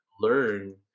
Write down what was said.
learn